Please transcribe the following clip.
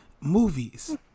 movies